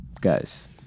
Guys